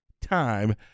time